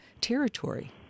territory